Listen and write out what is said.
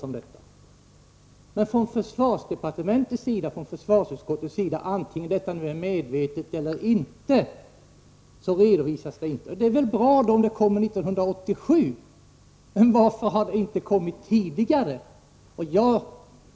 Men från försvarsdepartementet och från försvarsutskottet, antingen det nu är medvetet eller inte, ges ingen sådan redovisning. Det är väl bra om det kommer en sådan 1987, men varför har den inte kommit tidigare?